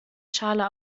schale